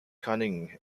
cunning